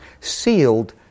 sealed